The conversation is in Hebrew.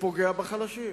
שפוגע בחלשים.